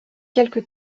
quelque